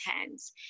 hands